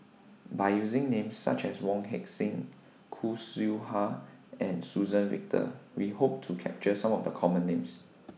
By using Names such as Wong Heck Sing Khoo Seow Hwa and Suzann Victor We Hope to capture Some of The Common Names